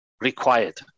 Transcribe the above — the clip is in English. required